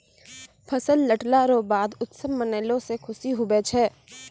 फसल लटला रो बाद उत्सव मनैलो से खुशी हुवै छै